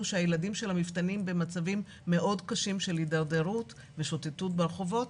שהילדים של המפתנים במצבים מאוד קשים של הידרדרות ושוטטות ברחובות,